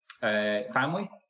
family